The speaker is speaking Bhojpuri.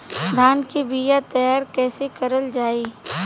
धान के बीया तैयार कैसे करल जाई?